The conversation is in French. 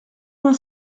vingt